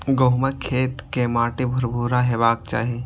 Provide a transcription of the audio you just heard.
गहूमक खेत के माटि भुरभुरा हेबाक चाही